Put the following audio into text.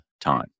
time